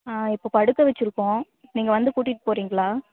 ஆ இப்போ படுக்க வச்சிருக்கோம் நீங்கள் வந்து கூட்டிட்டுப் போகிறீங்களா